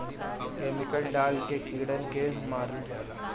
chemical डाल के कीड़न के मारल जाला